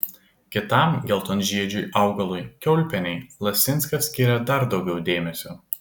kitam geltonžiedžiui augalui kiaulpienei lasinskas skiria dar daugiau dėmesio